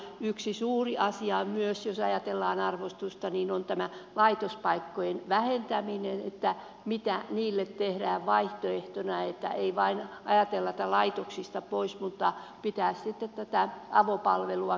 yksi suuri asia on myös jos ajatellaan arvostusta tämä laitospaikkojen vähentäminen ja se mitä niille tehdään vaihtoehtona ettei vain ajatella että laitoksista pois mutta sitten pitäisi tätä avopalvelua kehittää